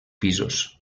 pisos